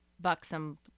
Buxom